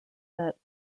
that